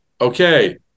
okay